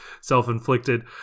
self-inflicted